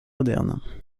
modernes